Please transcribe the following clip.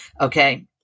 Okay